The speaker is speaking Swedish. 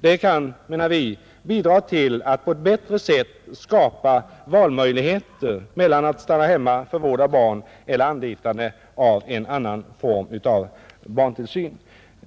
Det kan, anser vi, bidra till att på ett bättre sätt skapa valmöjligheter mellan att stanna hemma för vård av barn eller att anlita annan form av barntillsyn.